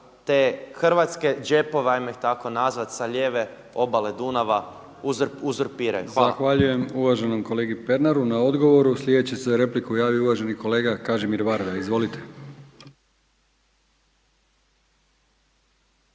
te hrvatske džepove, ajmo ih tako nazvati, sa lijeve obale Dunava uzurpiraju. Hvala. **Brkić, Milijan (HDZ)** Zahvaljujem uvaženom kolegi Pernaru na odgovoru. Sljedeći se za repliku javio uvaženi kolega Kažimir Varda. Izvolite.